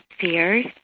fears